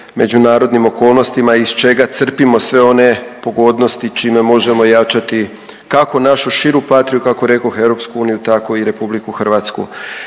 međunarodnim okolnostima iz čega crpimo sve one pogodnosti čime možemo jačati kako našu širu patriju, kako rekoh EU, tako i Republiku Hrvatsku.